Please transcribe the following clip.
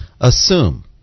Assume